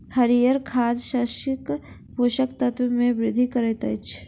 हरीयर खाद शस्यक पोषक तत्व मे वृद्धि करैत अछि